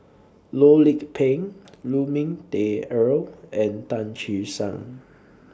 Loh Lik Peng Lu Ming Teh Earl and Tan Che Sang